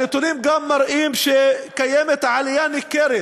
הנתונים גם מראים שקיימת עלייה ניכרת